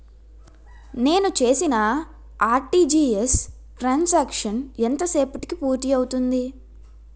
నేను చేసిన RTGS transaction ఎంత సేపటికి పూర్తి అవుతుంది?